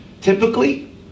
Typically